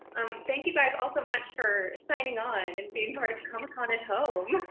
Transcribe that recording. um thank you guys all so much for signing on and being part of comic-con and home.